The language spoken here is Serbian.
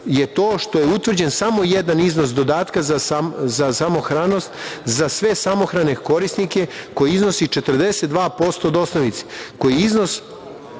je to što je utvrđen samo jedan iznos dodatka za samohranost, za sve samohrane korisnike koji iznosi 42% od osnovice koji iznos